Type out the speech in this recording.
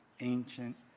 ancient